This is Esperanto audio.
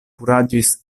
kuraĝis